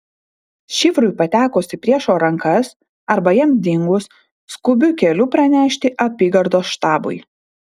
šifrui patekus į priešo rankas arba jam dingus skubiu keliu pranešti apygardos štabui